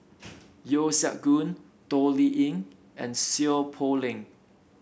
Yeo Siak Goon Toh Liying and Seow Poh Leng